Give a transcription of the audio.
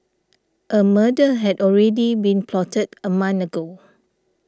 a murder had already been plotted a month ago